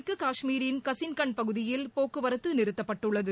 எனினும் தெற்கு காஷ்மீரின் கசின்கண்ட் பகுதியில் போக்குவரத்து நிறுத்தப்பட்டுள்ளது